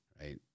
right